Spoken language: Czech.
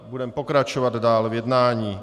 Budeme pokračovat dál v jednání.